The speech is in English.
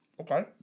Okay